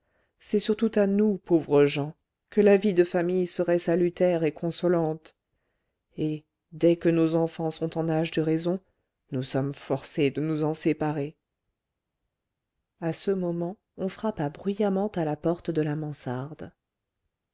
c'est surtout à nous pauvres gens que la vie de famille serait salutaire et consolante et dès que nos enfants sont en âge de raison nous sommes forcés de nous en séparer à ce moment on frappa bruyamment à la porte de la mansarde